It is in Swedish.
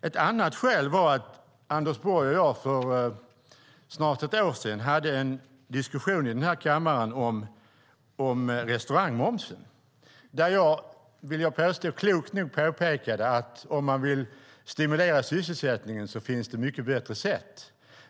Ett annat skäl är att Anders Borg och jag för snart ett år sedan hade en diskussion i kammaren om restaurangmomsen. Där påpekade jag - klokt nog, vill jag påstå - att det om man vill stimulera sysselsättningen finns mycket bättre sätt.